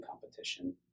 competition